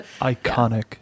Iconic